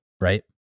Right